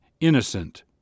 innocent